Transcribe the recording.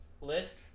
list